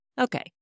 Okay